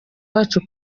wacu